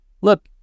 look